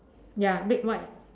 ya red white